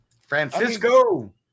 Francisco